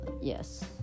yes